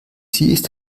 die